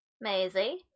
Maisie